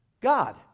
god